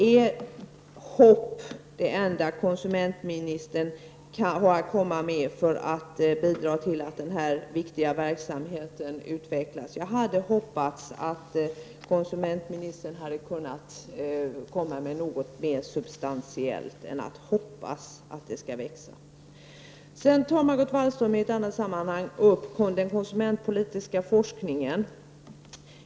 Är hopp det enda konsumentministern har att komma med för att bidra till att den här viktiga verksamheten utvecklas? Jag hade hoppats att konsumentministern kommit med något mer substantiellt än att hoppas att verksamheten skall växa. I ett annat sammanhang tar Margot Wallström upp frågan om den konsumentpolitiska forskningen.